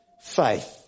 faith